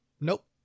Nope